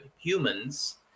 humans